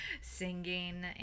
singing